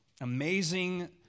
amazing